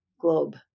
globe